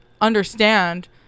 understand